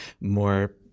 more